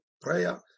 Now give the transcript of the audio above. prayer